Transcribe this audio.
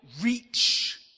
reach